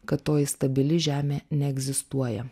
kad toji stabili žemė neegzistuoja